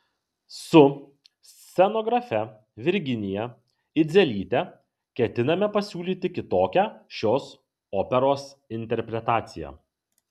su scenografe virginija idzelyte ketiname pasiūlyti kitokią šios operos interpretaciją